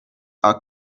are